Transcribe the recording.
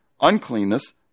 uncleanness